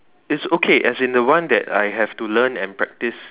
it's okay as in the one that I have to learn and practice